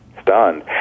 Stunned